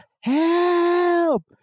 help